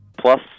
plus